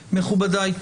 מכובדיי,